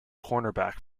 cornerback